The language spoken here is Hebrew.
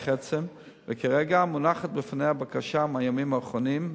וכרגע מונחת בפניהם בקשה מהימים האחרונים,